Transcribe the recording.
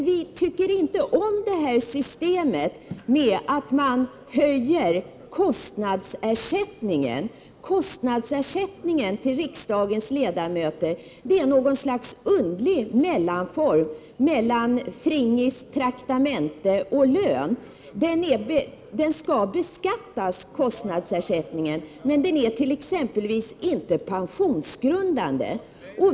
Vi tycker inte om metoden att höja kostnadsersättningen. Kostnadsersättningen till riksdagens ledamöter är något slags underlig mellanform mellan ”fringis”, traktamente och lön. Kostnadsersättningen skall beskattas, men den är exempelvis inte pensionsgrundande.